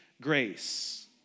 grace